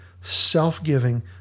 self-giving